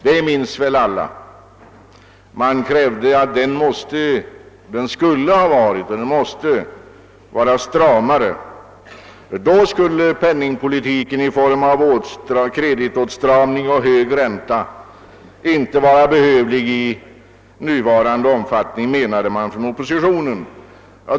Det minns väl alla. Man gjorde gällande att den skulle ha varit stramare och krävde att den skulle bli stramare. Då skulle penningpolitiken i form av kreditåtstramning och hög ränta inte vara behövlig i nuvarande omfattning, menade man från oppositionen.